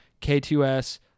K2S